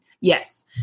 Yes